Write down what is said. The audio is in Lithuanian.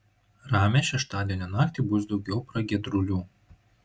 ramią šeštadienio naktį bus daugiau pragiedrulių